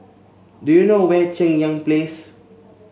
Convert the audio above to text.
do you know where Cheng Yan Place